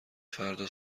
فردا